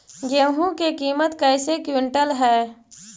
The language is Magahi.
गेहू के किमत कैसे क्विंटल है?